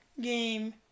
game